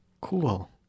Cool